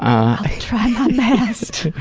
i try my best.